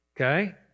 okay